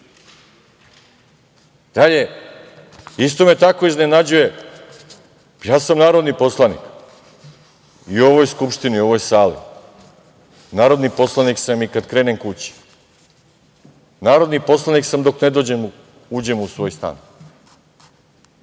isto me tako iznenađuje, ja sam narodni poslanik i u ovoj Skupštini i u ovoj sali, narodni poslanik sam i kad krenem kući. Narodni poslanik sam dok ne dođem u svoj stan.